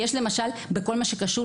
למשל בכל מה שקשור